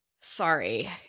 Sorry